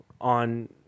on